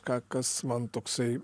ką kas man toksai